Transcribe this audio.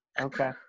okay